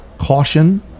caution